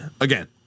again